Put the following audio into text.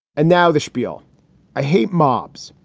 and now the spiel i hate mobs,